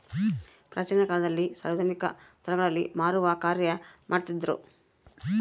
ಪ್ರಾಚೀನ ಕಾಲದಲ್ಲಿ ಸಾರ್ವಜನಿಕ ಸ್ಟಳಗಳಲ್ಲಿ ಮಾರುವ ಕಾರ್ಯ ಮಾಡ್ತಿದ್ರು